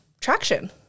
traction